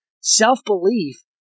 Self-belief